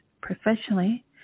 professionally